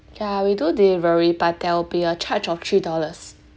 ya we do delivery but there will be a charge of three dollars